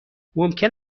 ممکن